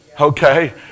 Okay